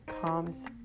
calms